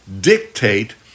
dictate